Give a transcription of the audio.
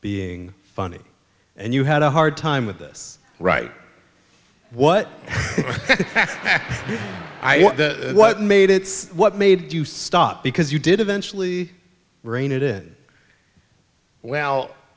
being funny and you had a hard time with this right what what made it's what made you stop because you did eventually reign it it well